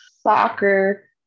Soccer